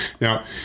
Now